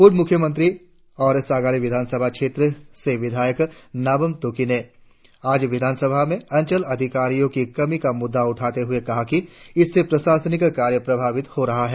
पूर्व मुख्यमंत्री और सागाली विधानसभा क्षेत्र से विधायक नाबम तुकी ने आज विधानसभा में अंचल अधिकारियों की कमी का मुद्दा उठाते हुए कहा कि इससे प्रशासनिक कार्य प्रभावित हो रहा है